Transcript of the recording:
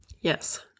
Yes